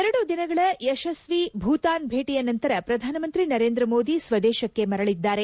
ಎರಡು ದಿನಗಳ ಯಶಸ್ವಿ ಭೂತಾನ್ ಭೇಟಿಯ ನಂತರ ಪ್ರಧಾನಮಂತ್ರಿ ನರೇಂದ್ರ ಮೋದಿ ಸ್ವದೇಶಕ್ಕೆ ಮರಳಿದ್ದಾರೆ